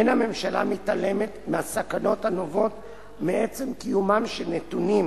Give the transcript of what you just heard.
אין הממשלה מתעלמת מהסכנות הנובעות מעצם קיומם של נתונים